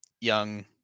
young